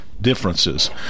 differences